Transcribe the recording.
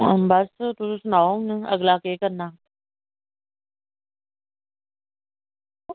बस तुस सनाओ अगला केह् करना